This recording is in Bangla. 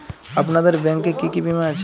আপনাদের ব্যাংক এ কি কি বীমা আছে?